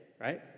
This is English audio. right